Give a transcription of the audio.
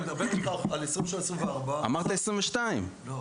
אני מדבר איתך על 2023-2024. אמרת 2022. לא,